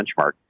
benchmark